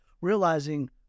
realizing